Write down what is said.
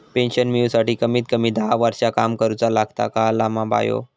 Pension मिळूसाठी कमीत कमी दहा वर्षां काम करुचा लागता, कळला काय बायो?